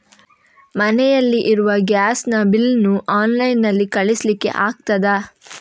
ಮನೆಯಲ್ಲಿ ಇರುವ ಗ್ಯಾಸ್ ನ ಬಿಲ್ ನ್ನು ಆನ್ಲೈನ್ ನಲ್ಲಿ ಕಳಿಸ್ಲಿಕ್ಕೆ ಆಗ್ತದಾ?